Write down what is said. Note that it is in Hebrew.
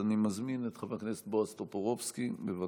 אני מזמין את חבר הכנסת בועז טופורובסקי, בבקשה.